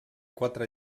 quatre